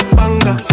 banga